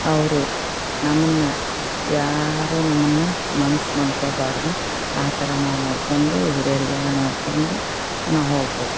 ಅವರು ನಮ್ಮನ್ನು ಯಾರು ನಮ್ಮನ್ನು ಮನ್ಸು ನೊಂದ್ಕೊಳ್ಬಾರ್ದು ಆ ಥರ ನಾವು ನೋಡ್ಕೊಂಡು ಹಿರಿಯರಿಗೆಲ್ಲ ನೋಡ್ಕೊಂಡು ನಾವು ಹೋಗ್ಬೇಕು